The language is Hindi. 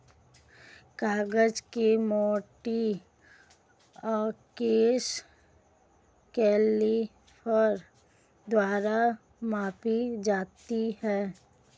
कागज की मोटाई अक्सर कैलीपर द्वारा मापी जाती है